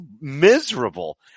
miserable